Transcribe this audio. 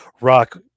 Rock